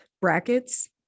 brackets